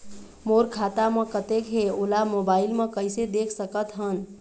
मोर खाता म कतेक हे ओला मोबाइल म कइसे देख सकत हन?